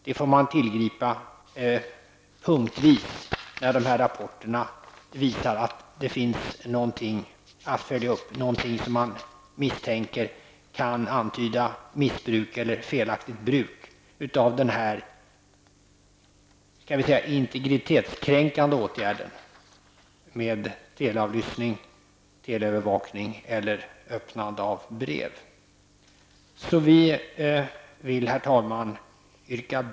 Det får tillgripas när rapporterna visar att man misstänker missbruk eller felaktigt bruk av den integritetskränkande åtgärden telefonavlyssning, teleövervakning eller öppnande av brev. Det bör följas upp.